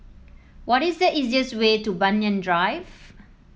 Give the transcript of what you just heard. what is the easiest way to Banyan Drive